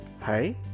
Hi